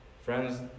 Friends